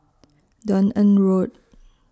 Dunearn Road